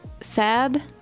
sad